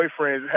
boyfriends